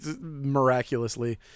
miraculously